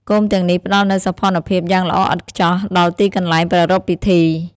គោមទាំងនេះផ្តល់នូវសោភ័ណភាពយ៉ាងល្អឥតខ្ចោះដល់ទីកន្លែងប្រារព្ធពិធី។